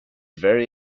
very